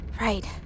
Right